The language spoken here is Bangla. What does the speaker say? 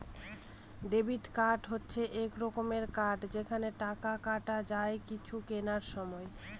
ডেবিট কার্ড হচ্ছে এক রকমের কার্ড যেখানে টাকা কাটা যায় কিছু কেনার সময়